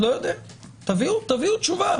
תביאו תשובה.